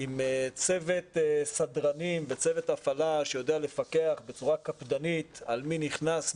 עם צוות סדרנים וצוות הפעלה שיודע לפקח בצורה קפדנית על מי נכנס,